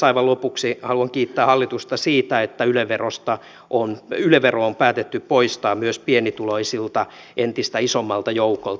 aivan lopuksi haluan kiittää hallitusta siitä että yle vero on päätetty poistaa myös pienituloisilta entistä isommalta joukolta